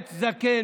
אדלשטיין,